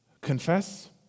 Confess